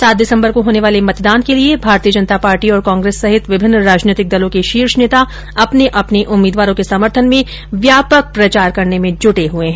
सात दिसम्बर को होने वाले मतदान के लिए भारतीय जनता पार्टी और कांग्रेस सहित विभिन्न राजनीतिक दलों के शीर्ष नेता अपने अपने उम्मीदवारों के समर्थन में व्यापक प्रचार में जुटे हुए हैं